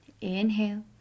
Inhale